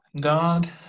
God